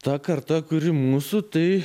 ta karta kuri mūsų tai